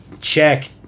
check